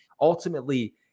ultimately